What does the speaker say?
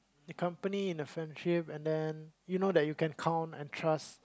the company and the friendship and then you know that you can count and trust